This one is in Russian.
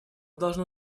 должно